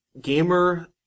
gamer